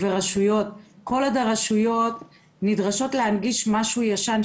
כל עוד הרשויות נדרשות להנגיש משהו ישן,